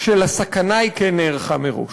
היא שלסכנה היא כן נערכה מראש,